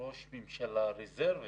ראש ממשלה רזרבי.